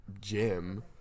gym